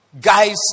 Guys